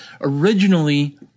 Originally